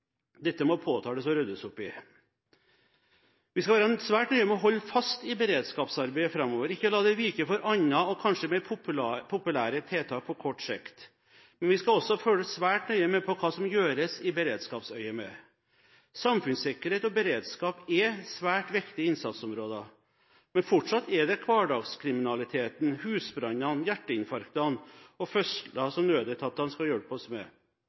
Dette må påtales og ryddes opp i. Vi skal være svært nøye med å holde fast i beredskapsarbeidet framover, ikke la det vike for andre og kanskje mer populære tiltak på kort sikt. Men vi skal også følge svært nøye med på hva som gjøres i beredskapsøyemed. Samfunnssikkerhet og beredskap er svært viktige innsatsområder. Men fortsatt er det hverdagskriminalitet, husbranner, hjerteinfarkt og fødsler som nødetatene skal hjelpe oss med.